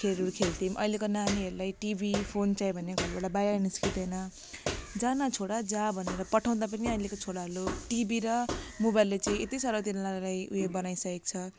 खेलहरू खेल्थ्यौँ अहिलेको नानीहरूलाई टिभी फोन चाहियो भने भोलिबाट बाहिर निस्किँदैन जा न छोरा जा भनेर पठाउँदा पनि अहिलेको छोराहरू लु टिभी र मोबाइलले चाहिँ यति साह्रो तिनीहरूलाई उयो बनाइसकेको छ